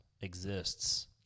exists